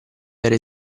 era